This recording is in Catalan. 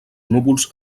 núvols